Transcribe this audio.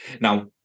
Now